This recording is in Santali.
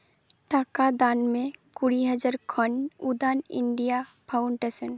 ᱴᱟᱠᱟ ᱫᱟᱱ ᱢᱮ ᱠᱩᱲᱤ ᱦᱟᱦᱟᱨ ᱠᱷᱚᱱ ᱩᱫᱟᱱ ᱤᱱᱰᱤᱭᱟ ᱯᱷᱟᱣᱩᱱᱰᱮᱥᱮᱱ